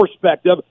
perspective